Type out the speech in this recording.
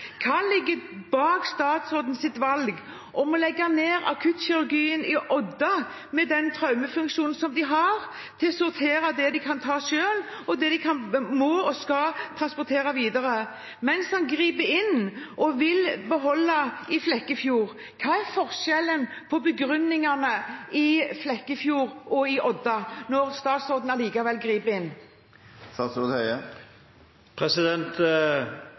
Hva ligger bak statsrådens valg om å legge ned akuttkirurgien i Odda, med den traumefunksjonen de har, til å sortere det de kan ta selv, og det de må og skal transportere videre, mens han griper inn og vil beholde dette i Flekkefjord? Hva er forskjellen på begrunnelsene i Flekkefjord og i Odda, når statsråden allikevel griper inn?